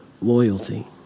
loyalty